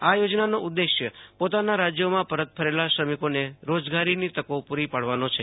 આ યોજનાનો ઉદ્દેશ્ય પોતાના રાજ્યોમાં પરત ફરેલા શ્રમિકોને રોજગારીની તકો પૂરી પાડવાનો છે